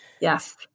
Yes